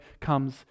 comes